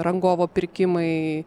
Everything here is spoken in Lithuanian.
rangovo pirkimai